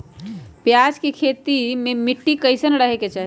प्याज के खेती मे मिट्टी कैसन रहे के चाही?